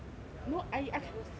no I I cannot see the